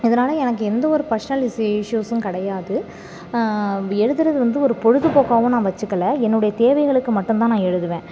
இதனால் எனக்கு எந்த ஒரு பர்சனல் இஸ் இஷ்யூஸும் கிடையாது எழுதுகிறது வந்து ஒரு பொழுதுப்போக்காகவும் நான் வச்சுக்கல என்னுடைய தேவைகளுக்கு மட்டுந்தான் நான் எழுதுவேன்